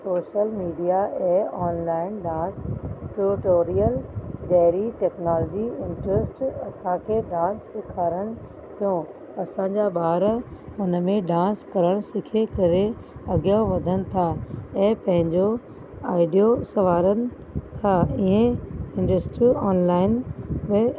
social media ऐं online dance tutorial अहिड़ी technology interest असांखे डांस सेखारण जो असांजा बार हुन में डांस करण सिखी करे अॻिया वधनि था ऐं पंहिंजो आईडियो सवारनि था इहे जस्ट ऑनलाइन ऐं